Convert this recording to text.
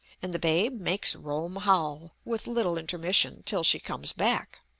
and the babe makes rome howl, with little intermission, till she comes back.